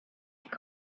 back